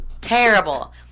terrible